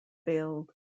failed